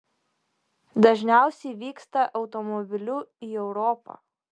dažniausiai vyksta automobiliu į europą